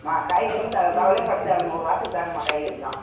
அம்மா காய்கறிலாம் கவலையே படத்தேவையில்லம்மா ஒரு வாரத்துக்கு தாங்கும்மா காய்கறிலாம்